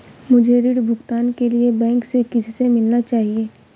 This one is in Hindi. मुझे ऋण भुगतान के लिए बैंक में किससे मिलना चाहिए?